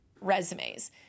resumes